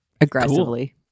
aggressively